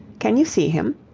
can you see him?